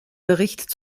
bericht